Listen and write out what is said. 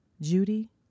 judy